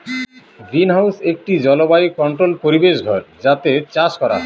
greenhouse একটি জলবায়ু controlled পরিবেশ ঘর যাতে চাষ করা হয়